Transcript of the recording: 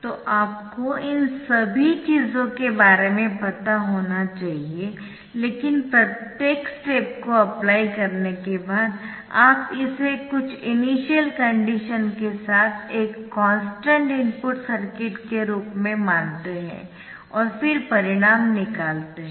तो आपको इन सभी चीजों के बारे में पता होना चाहिए लेकिन प्रत्येक स्टेप को अप्लाई करने के बाद आप इसे कुछ इनिशियल कंडीशन के साथ एक कॉन्स्टन्ट इनपुट सर्किट के रूप में मानते है और फिर परिणाम निकालते है